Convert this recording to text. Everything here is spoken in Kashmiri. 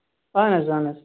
اَہن اَہن